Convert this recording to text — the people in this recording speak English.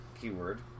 keyword